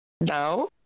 now